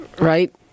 right